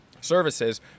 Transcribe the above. services